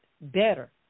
better